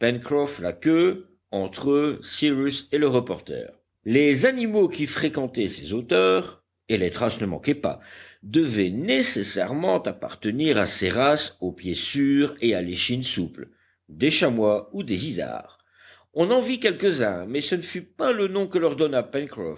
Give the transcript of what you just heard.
la queue entre eux cyrus et le reporter les animaux qui fréquentaient ces hauteurs et les traces ne manquaient pas devaient nécessairement appartenir à ces races au pied sûr et à l'échine souple des chamois ou des isards on en vit quelquesuns mais ce ne fut pas le nom que leur donna